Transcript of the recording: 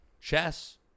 chess